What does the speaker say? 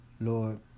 Lord